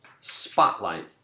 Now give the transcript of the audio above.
Spotlight